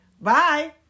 Bye